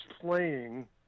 playing